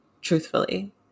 truthfully